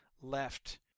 left